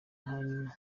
hanyuma